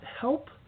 help